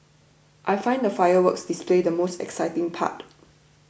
I find the fireworks display the most exciting part